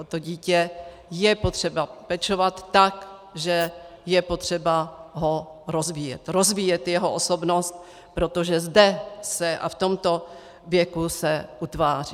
O to dítě je potřeba pečovat tak, že je potřeba ho rozvíjet, rozvíjet jeho osobnost, protože zde se a v tomto věku se utváří.